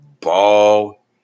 ball